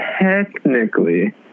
Technically